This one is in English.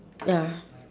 ya